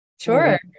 Sure